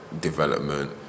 development